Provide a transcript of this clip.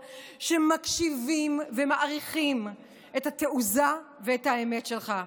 שמקשיבים ומעריכים את התעוזה ואת האמת שלך.